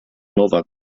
nowak